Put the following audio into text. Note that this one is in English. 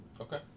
Okay